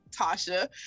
Tasha